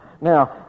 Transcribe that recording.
now